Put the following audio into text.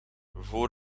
voor